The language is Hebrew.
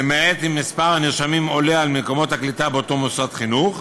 למעט אם מספר הנרשמים עולה על מספר מקומות הקליטה באותו מוסד חינוך".